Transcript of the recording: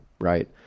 right